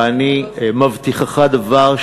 ואני מבטיחך דבר,